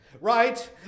Right